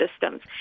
systems